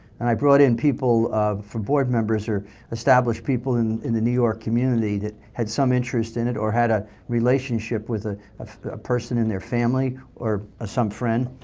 and i brought in people um for board members established people in in the new york community that had some interest in it or had a relationship with a person in their family or some friend.